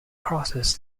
crosses